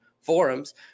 forums